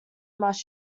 must